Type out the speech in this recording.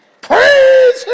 Praise